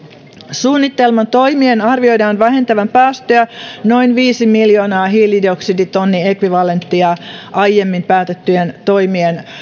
suunnitelman toimien arvioidaan vähentävän päästöjä noin viisi miljoonaa hiilidioksidiekvivalenttitonnia aiemmin päätettyjen toimien